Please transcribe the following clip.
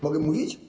Mogę mówić?